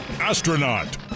astronaut